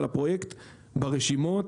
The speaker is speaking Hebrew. אבל הפרויקט ברשימות.